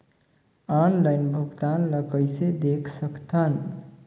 Online भुगतान ल कइसे देख सकथन?